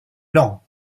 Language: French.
lent